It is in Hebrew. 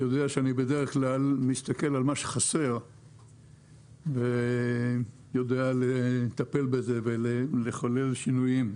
יודע שאני בדרך כלל מסתכל על מה שחסר ויודע לטפל בזה ולחולל שינויים,